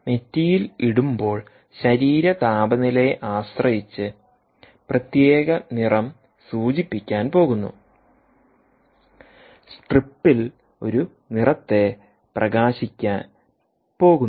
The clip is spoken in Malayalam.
നെറ്റിയിൽ ഇടുമ്പോൾ ശരീര താപനിലയെ ആശ്രയിച്ച് പ്രത്യേക നിറം സൂചിപ്പിക്കാൻ പോകുന്നു സ്ട്രിപ്പിൽ ഒരു നിറത്തെ പ്രകാശിക്കാൻ പോകുന്നു